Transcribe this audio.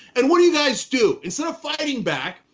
and what do you guys do? instead of fighting back,